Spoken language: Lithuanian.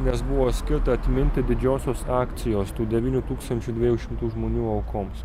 nes buvo skirta atminti didžiosios akcijos tų devynių tūkstančių dviejų šimtų žmonių aukoms